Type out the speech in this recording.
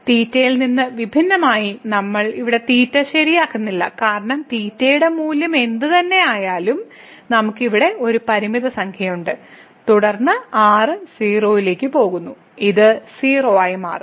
തീറ്റയിൽ നിന്ന് വിഭിന്നമായി നമ്മൾ ഇവിടെ തീറ്റ ശരിയാക്കുന്നില്ല കാരണം തീറ്റയുടെ മൂല്യം എന്തുതന്നെയായാലും നമുക്ക് ഇവിടെ ഒരു പരിമിത സംഖ്യയുണ്ട് തുടർന്ന് r 0 ലേക്ക് പോകുന്നു ഇത് 0 ആയി മാറും